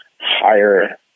higher